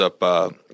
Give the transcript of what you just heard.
up